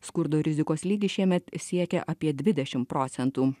skurdo rizikos lygis šiemet siekia apie dvidešim procentų